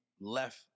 left